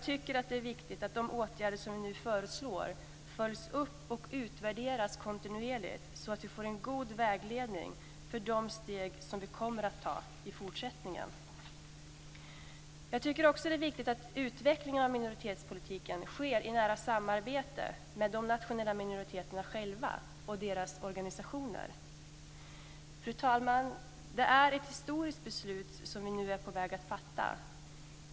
Det är viktigt att de åtgärder som vi nu föreslår följs upp och utvärderas kontinuerligt så att vi får en god vägledning för de steg som vi kommer att ta i fortsättningen. Jag tycker också att det är viktigt att utvecklingen av minoritetspolitiken sker i nära samarbete med de nationella minoriteterna själva och deras organisationer. Fru talman! Det är ett historiskt beslut som vi nu är på väg att fatta.